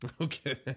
Okay